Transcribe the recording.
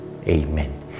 Amen